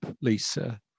Lisa